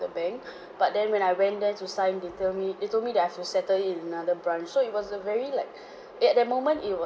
the bank but then when I went there to sign they tell me they told me that I have to settle it in another branch so it was a very like eh at the moment was